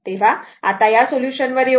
तर आता या सोल्यूशन वर येऊ